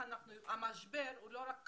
אבל המשבר אינו רק כלכלי,